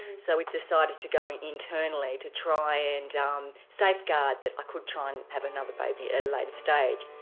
so we decided to go and internally to try and um safeguard that i could try and have another baby at a later stage.